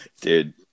Dude